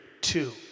two